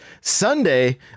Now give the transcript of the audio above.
Sunday